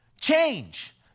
change